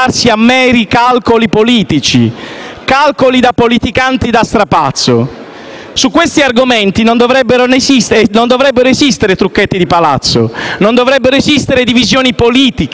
politici, da politicanti da strapazzo. Su questi argomenti non dovrebbero esistere trucchetti di palazzo e divisioni politiche, ma solo la volontà comune